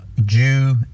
Jew